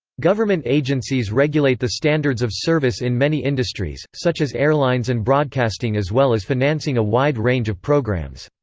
government agencies regulate the standards of service in many industries, such as airlines and broadcasting as well as financing a wide range of programs.